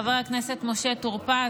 חבר הכנסת משה טור פז,